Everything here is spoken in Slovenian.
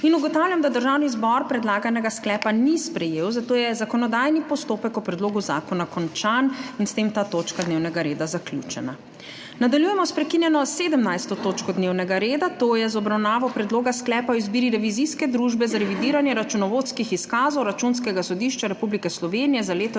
Ugotavljam, da Državni zbor predlaganega sklepa ni sprejel, zato je zakonodajni postopek o predlogu zakona končan in s tem ta točka dnevnega reda zaključena. Nadaljujemo s prekinjeno 17. točko dnevnega reda, to je z obravnavo Predloga sklepa o izbiri revizijske družbe za revidiranje računovodskih izkazov Računskega sodišča Republike Slovenije za leto